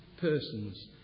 persons